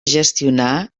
gestionar